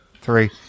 three